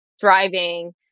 thriving